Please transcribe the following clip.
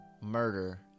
Murder